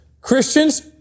Christians